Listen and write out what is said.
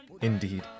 indeed